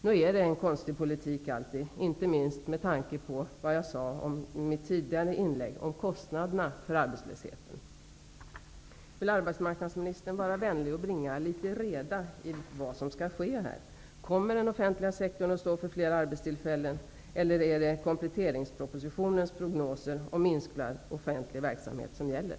Nog är det en konstig politik alltid, inte minst med tanke på vad jag i mitt tidigare inlägg sade om kostnaderna för arbetslösheten. Vill arbetsmarknadsministern var vänlig att bringa litet reda i vad som skall ske? Kommer den offentliga sektorn att stå för fler arbetstillfällen, eller är det kompletteringspropositionens prognoser om minskad offentlig verksamhet som gäller?